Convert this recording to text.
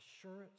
assurance